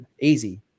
Easy